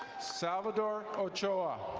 salvador ochoa.